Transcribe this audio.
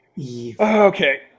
Okay